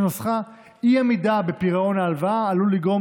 שנוסחה: "אי-עמידה בפירעון ההלוואה עלול לגרום